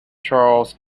charles